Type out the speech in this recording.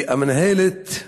המינהלת,